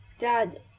Dad